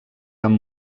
amb